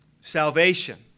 salvation